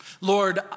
Lord